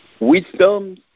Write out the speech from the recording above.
wisdom